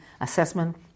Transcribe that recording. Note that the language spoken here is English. assessment